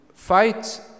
fight